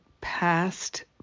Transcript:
past